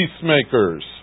peacemakers